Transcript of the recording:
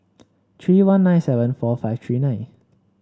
three one nine seven four five three nine